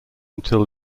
until